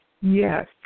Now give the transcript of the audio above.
Yes